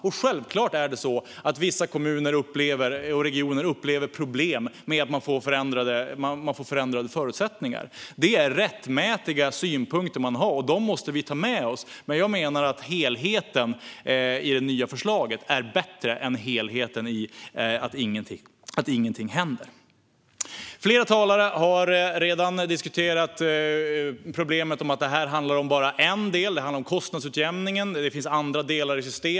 Och självklart upplever vissa kommuner och regioner problem med att de får förändrade förutsättningar. Det är rättmätiga synpunkter, och dem måste vi ta med oss. Men jag menar att helheten i det nya förslaget är bättre än att ingenting händer. Flera talare har redan diskuterat problemet med att det här bara handlar om en del, kostnadsutjämningen, och att det finns andra delar i systemet.